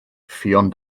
ffion